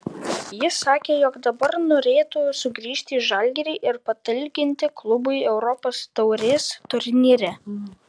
jis sakė jog dabar norėtų sugrįžti į žalgirį ir patalkinti klubui europos taurės turnyre